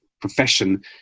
profession